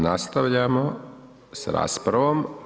Nastavljamo s raspravom.